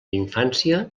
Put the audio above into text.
infància